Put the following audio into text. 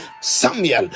Samuel